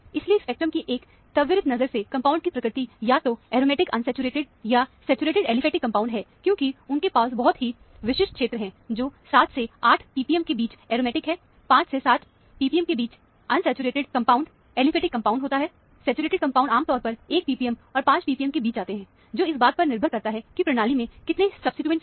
इसलिए स्पेक्ट्रम की एक त्वरित नज़र से कंपाउंड की प्रकृति या तो एरोमेटिक अनसैचुरेटेड या saturated aliphatic compound aromatic unsaturated or saturated aliphatic compound है क्योंकि उनके पास बहुत ही विशिष्ट क्षेत्र है जो 7 से 8 ppm के बीच एरोमेटिक है 5 से 7ppm के बीच unsaturated compound aliphatic compounds unsaturated compound aliphatic compounds होता है सैचुरेटेड कंपाउंड आमतौर पर 1 ppm और 5 ppm के बीच आते हैं जो इस बात पर निर्भर करता है कि प्रणाली में कितने सब्सीट्यूएंट हैं